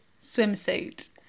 swimsuit